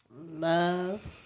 love